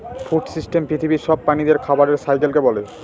food system পৃথিবীর সব প্রাণীদের খাবারের সাইকেলকে বলে